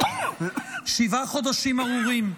שבעה חודשים ארורים.